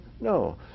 No